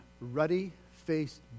ruddy-faced